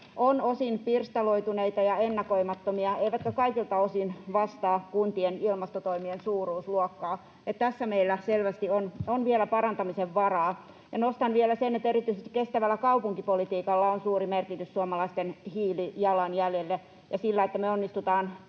ovat osin pirstaloituneita ja ennakoimattomia eivätkä kaikilta osin vastaa kuntien ilmastotoimien suuruusluokkaa, niin että tässä meillä selvästi on vielä parantamisen varaa. Ja nostan vielä sen, että erityisesti kestävällä kaupunkipolitiikalla on suuri merkitys suomalaisten hiilijalanjäljelle ja sillä, että me onnistutaan